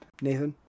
Nathan